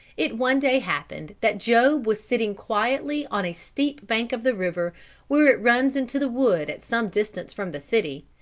it one day happened that job was sitting quietly on a steep bank of the river where it runs into the wood at some distance from the city,